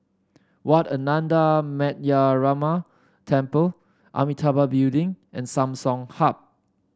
Wat Ananda Metyarama Temple Amitabha Building and Samsung Hub